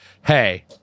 Hey